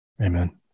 Amen